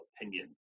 opinion